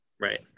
Right